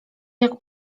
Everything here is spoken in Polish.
jak